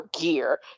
gear